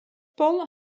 paul